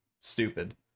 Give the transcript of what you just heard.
stupid